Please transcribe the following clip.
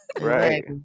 Right